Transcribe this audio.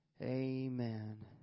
Amen